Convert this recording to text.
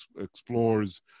explores